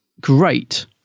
Great